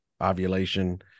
ovulation